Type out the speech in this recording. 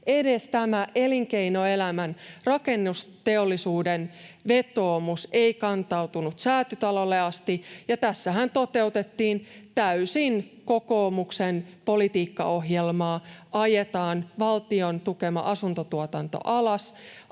edes tämä elinkeinoelämän, Rakennusteollisuuden, vetoomus ei kantautunut Säätytalolle asti. Tässähän toteutettiin täysin kokoomuksen politiikkaohjelmaa: ajetaan valtion tukema asuntotuotanto alas,